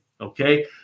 okay